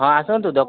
ହଁ ଆସନ୍ତୁ ଦୋକାନ